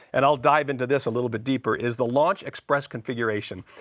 and i will dive into this a little bit deeper, is the launch express configuration.